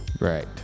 Right